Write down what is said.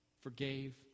forgave